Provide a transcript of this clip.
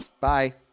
bye